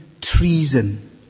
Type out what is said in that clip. treason